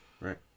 Right